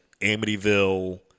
amityville